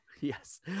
Yes